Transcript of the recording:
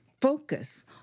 focus